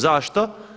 Zašto?